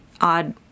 odd